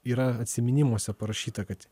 yra atsiminimuose parašyta kad